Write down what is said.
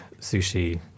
sushi